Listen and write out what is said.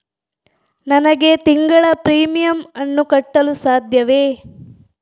ನನಗೆ ತಿಂಗಳ ಪ್ರೀಮಿಯಮ್ ಅನ್ನು ಕಟ್ಟಲು ಸಾಧ್ಯವೇ?